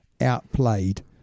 outplayed